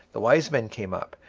the wise men came up,